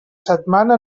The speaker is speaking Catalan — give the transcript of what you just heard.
setmana